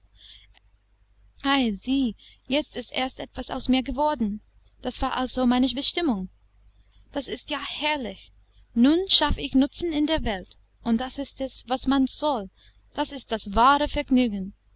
jetzt ist erst etwas aus mir geworden das war also meine bestimmung das ist ja herrlich nun schaffe ich nutzen in der welt und das ist es was man soll das ist das wahre vergnügen